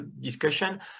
discussion